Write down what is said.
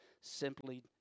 simply